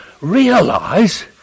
realize